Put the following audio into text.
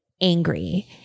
angry